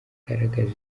agaragaje